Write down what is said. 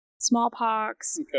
smallpox